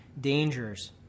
dangers